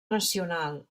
nacional